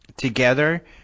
Together